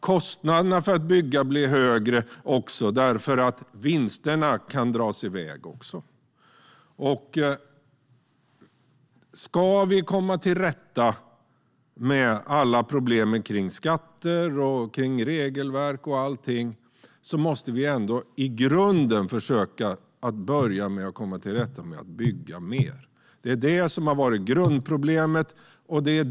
Kostnaderna för att bygga blir också högre därför att vinsterna också kan dra i väg. Ska vi komma till rätta med alla problemen kring skatter, regelverk och allting måste vi ändå i grunden försöka att börja med att komma till rätta med att bygga mer. Det har varit grundproblemet.